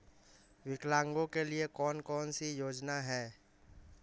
विकलांगों के लिए कौन कौनसी योजना है?